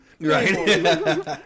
Right